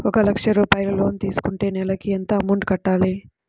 ఒక లక్ష రూపాయిలు లోన్ తీసుకుంటే నెలకి ఎంత అమౌంట్ కట్టాలి?